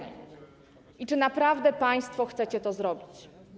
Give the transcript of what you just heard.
I czy naprawdę państwo chcecie to zrobić?